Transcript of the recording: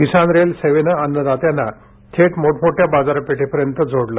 किसान rail सेवेनं अन्नदात्यांना थेट मोठमोठ्या बाजारपेठेपर्यंत जोडलं